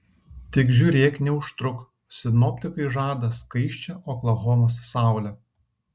tik žiūrėk neužtruk sinoptikai žada skaisčią oklahomos saulę